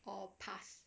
or pass